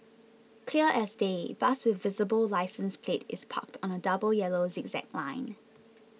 clear as day bus with visible licence plate is parked on a double yellow zigzag line